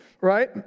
right